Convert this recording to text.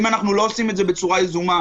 אם אנחנו לא עושים את זה בצורה יזומה,